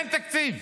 אין תקציב.